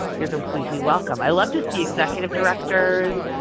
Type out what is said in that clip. you are completely welcome. i love to see executive directors,